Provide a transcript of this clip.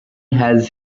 has